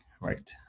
right